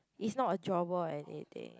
it's not a drawer or anything